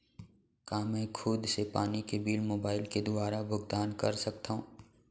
का मैं खुद से पानी के बिल मोबाईल के दुवारा भुगतान कर सकथव?